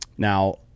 Now